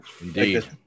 indeed